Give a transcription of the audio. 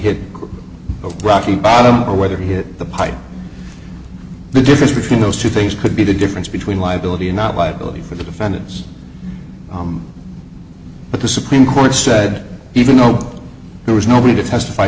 hit a rocky bottom or whether he hit the pipe the difference between those two things could be the difference between liability and not liability for the defendant's but the supreme court said even though there was nobody to testify